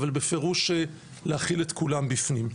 אבל בפירוש להכיל את כולם בפנים,